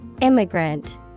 Immigrant